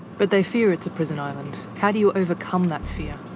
but they fear it's a prison island. how do you overcome that fear.